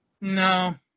No